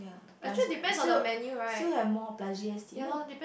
plus still still have more plus G_S_T no